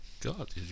god